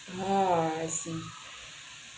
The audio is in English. uh I see